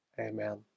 Amen